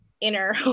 inner